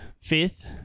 fifth